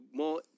more